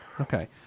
Okay